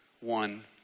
one